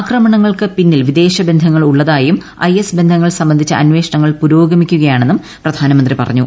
ആക്രമണങ്ങൾക്ക് പിന്നിൽ വിദേശ ബന്ധങ്ങൾ ഉള്ളതായും ബന്ധങ്ങൾ സംബന്ധിച്ച അന്വേഷണങ്ങൾ ഐ എസ് പുരോഗമിക്കുകയാണെന്നും പ്രധാനമന്ത്രി പറഞ്ഞു